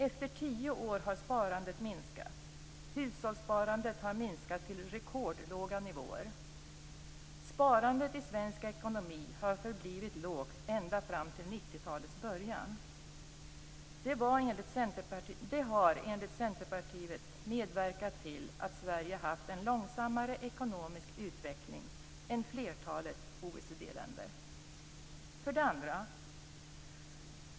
Efter tio år hade sparandet minskat, och hushållssparandet hade minskat till rekordlåga nivåer. Sparandet i svensk ekonomi har förblivit lågt ända fram till 90-talets början. Det har enligt Centerpartiet medverkat till att Sverige haft en långsammare ekonomisk utveckling än flertalet OECD-länder. 2.